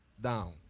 down